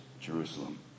Jerusalem